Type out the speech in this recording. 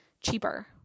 cheaper